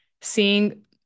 seeing